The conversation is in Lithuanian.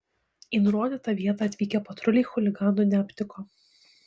į nurodytą vietą atvykę patruliai chuliganų neaptiko